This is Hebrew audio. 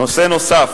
נושא נוסף,